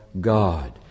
God